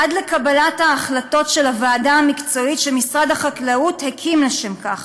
עד לקבלת ההחלטות של הוועדה המקצועית שמשרד החקלאות הקים לשם כך.